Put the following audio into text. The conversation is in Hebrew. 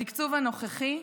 בתקצוב הנוכחי,